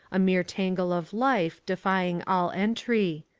a mere tangle of life, defying all entry.